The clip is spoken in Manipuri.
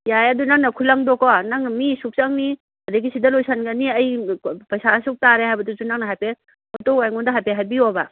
ꯌꯥꯏꯌꯦ ꯑꯗꯣ ꯅꯪꯅ ꯈꯨꯂꯪꯗꯣꯀꯣ ꯅꯪꯅ ꯃꯤ ꯁꯨꯛ ꯆꯪꯅꯤ ꯑꯗꯒꯤ ꯁꯤꯗ ꯂꯣꯏꯁꯟꯒꯅꯤ ꯑꯩ ꯄꯩꯁꯥ ꯑꯁꯨꯛ ꯇꯥꯔꯦ ꯍꯥꯏꯕꯗꯨꯁꯨ ꯅꯪꯅ ꯍꯥꯏꯐꯦꯠ ꯍꯣꯠꯇꯣꯛꯑ ꯑꯩꯉꯣꯟꯗ ꯍꯥꯏꯐꯦꯠ ꯍꯥꯏꯕꯤꯔꯛꯑꯣꯕ